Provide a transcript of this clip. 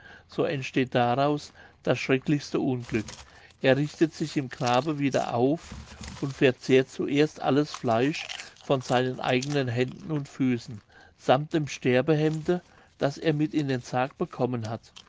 so entsteht daraus das schrecklichste unglück er richtet sich im grabe wieder auf und verzehrt zuerst alles fleisch von seinen eigenen händen und füßen sammt dem sterbehemde das er mit in den sarg bekommen hat